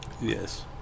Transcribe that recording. yes